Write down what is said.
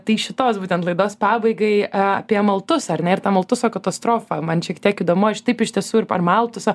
tai šitos būtent laidos pabaigai apie maltusą ar ne ir tą maltuso katastrofą man šiek tiek įdomu aš taip iš tiesų ir per maltusą